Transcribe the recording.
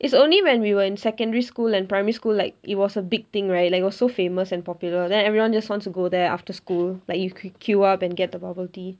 it's only when we were in secondary school and primary school like it was a big thing right like it was so famous and popular then everyone just wants to go there after school like you qu~ queue up and get the bubble tea